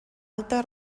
alta